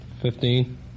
Fifteen